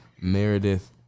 Meredith